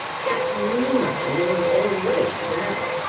captain nemo was already there.